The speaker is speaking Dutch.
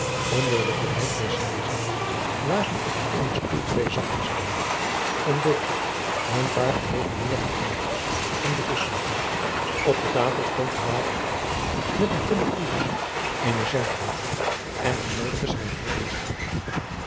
onder het bereik des lezers lagen op eenen stoel twee zakpistoolen een dolk een paar gereformeerde bijbels en de vulgata op de tafel stond een waterkruik met een tinnen kroes eenen zandlooper en het noodige